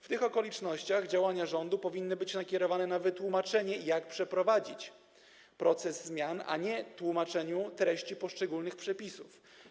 W tych okolicznościach działania rządu powinny być nakierowane na wytłumaczenie, jak przeprowadzić proces zmian, a nie tłumaczenie treści poszczególnych przepisów.